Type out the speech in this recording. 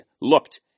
looked